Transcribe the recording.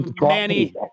Manny